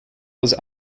was